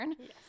Yes